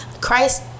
Christ